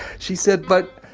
she said, but